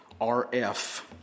RF